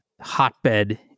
hotbed